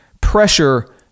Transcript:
pressure